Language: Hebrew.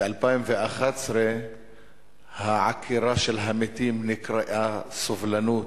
ב-2011 העקירה של המתים נקראת סובלנות.